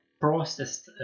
processed